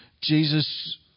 Jesus